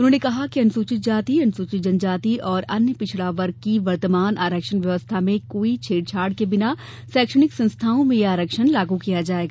उन्होंने कहा कि अनुसूचित जाति अनुसूचित जनजाति और अन्य पिछड़ा वर्ग की वर्तमान आरक्षण व्यवस्था में कोई छेड़छाड़ के बिना शैक्षणिक संस्थाओं में यह आरक्षण लागू किया जाएगा